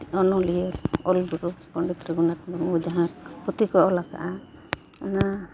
ᱚᱱᱚᱞᱤᱭᱟᱹ ᱚᱞᱜᱩᱨᱩ ᱯᱚᱸᱰᱤᱛ ᱨᱚᱜᱷᱩᱱᱟᱛᱷ ᱢᱩᱨᱢᱩ ᱡᱟᱦᱟᱸ ᱯᱩᱛᱷᱤ ᱠᱚᱭ ᱚᱞ ᱟᱠᱟᱫᱟᱭ ᱚᱱᱟ